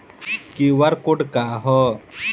QR code का ह?